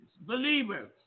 believers